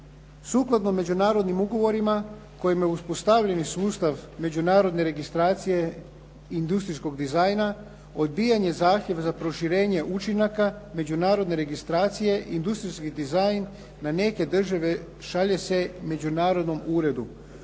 Sukladno međunarodnim ugovorima kojima je uspostavljen i sustav međunarodne registracije industrijskog dizajna odbijen je zahtjev za proširenje učinaka međunarodne registracije, industrijski dizajn na neke države šalje se međunarodnom uredu